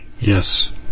Yes